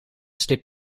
sliep